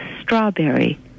strawberry